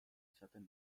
izaten